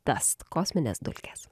dust kosminės dulkės